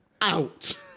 out